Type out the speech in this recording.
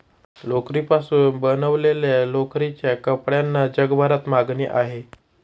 लोकरीपासून बनवलेल्या लोकरीच्या कपड्यांना जगभरात मागणी आहे